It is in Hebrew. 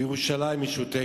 בירושלים, משותקת.